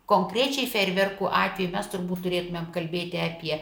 konkrečiai feerverkų atveju mes turbūt turėtumėm kalbėti apie